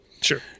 Sure